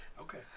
Okay